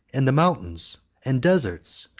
and the mountains and deserts!